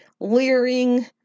leering